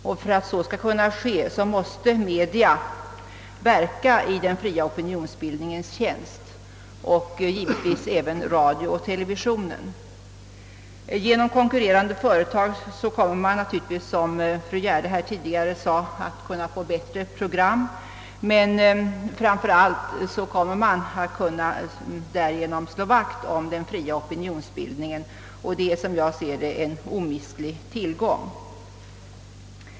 Och för att så skall kunna ske måste media verka i den fria opinionsbildningens tjänst. Detta gäller givetvis också radio och television. Som fru Gärde framhöll får vi med säkerhet bättre program med konkurrerande företag, men ändå viktigare är att vi då kan slå vakt om den fria opinionsbildningen. Det är som jag ser det en omistlig tillgång.